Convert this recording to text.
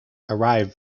arrive